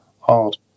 hard